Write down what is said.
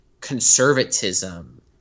conservatism